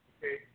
Okay